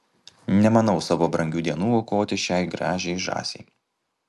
nemanau savo brangių dienų aukoti šiai gražiai žąsiai